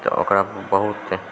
तऽ ओकरा बहुत